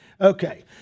Okay